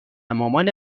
مامان